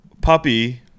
puppy